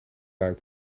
uit